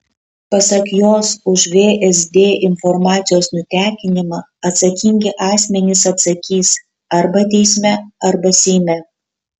pasak jos už vsd informacijos nutekinimą atsakingi asmenys atsakys arba teisme arba seime